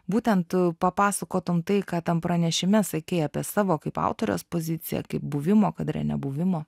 būtent papasakotum tai ką tam pranešime sakei apie savo kaip autorės poziciją kaip buvimo kadre nebuvimo